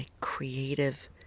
creative